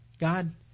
God